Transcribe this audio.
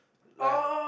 like